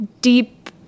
deep